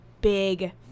big